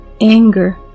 anger